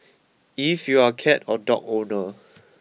if you are a cat or dog owner